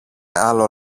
άλλο